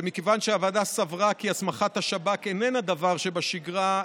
ומכיוון שהוועדה סברה כי הסמכת השב"כ איננה דבר שבשגרה,